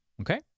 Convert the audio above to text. Okay